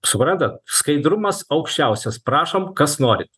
suprantat skaidrumas aukščiausias prašom kas norit